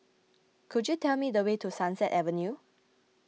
could you tell me the way to Sunset Avenue